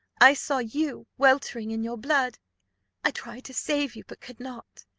i saw you weltering in your blood i tried to save you, but could not.